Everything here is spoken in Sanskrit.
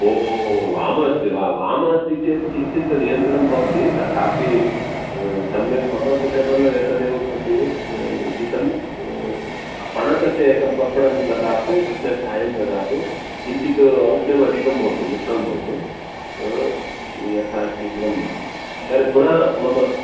ओ वामः अस्ति वा वामः अस्ति चेत् किञ्चित् नियन्त्रणं भवति तथापि सम्यक् मम सुटेबल् एतदेव भवति उचितं पनसस्य एकं पर्पटकं ददातु कृष्णचायं ददातु किञ्चित् औष्ण्यमधिकं भवतु उष्णं भवतु यथाशीघ्रं तर् पुनः मम